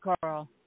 Carl